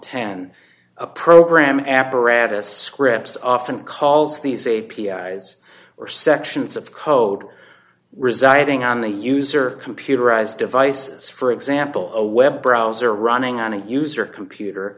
ten a program apparatus scripts often calls these a p i eyes or sections of code residing on the user computerized devices for example a web browser running on a user computer